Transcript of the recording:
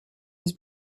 his